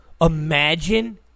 Imagine